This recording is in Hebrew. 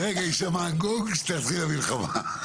ברגע יישמע הגונג, שתתחיל המלחמה.